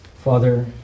Father